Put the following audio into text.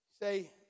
Say